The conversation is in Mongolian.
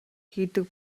хийдэг